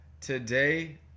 Today